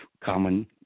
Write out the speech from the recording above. common